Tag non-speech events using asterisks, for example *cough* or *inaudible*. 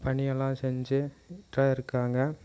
பணியெல்லாம் செஞ்சு *unintelligible* இருக்காங்க